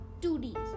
2Ds